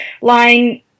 line